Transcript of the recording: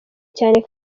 cyane